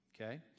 Okay